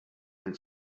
and